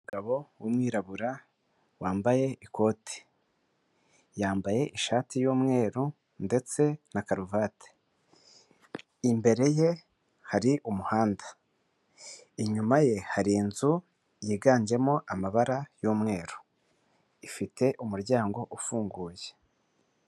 Umugabo w'umwirabura wambaye ikote, yambaye ishati y'umweru ndetse na karuvati, imbere ye hari umuhanda, inyuma ye hari inzu yiganjemo amabara y'umweru, ifite umuryango ufunguye.